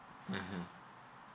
mmhmm